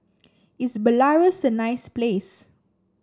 is Belarus a nice place